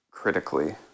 critically